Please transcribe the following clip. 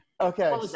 Okay